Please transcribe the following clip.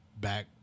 back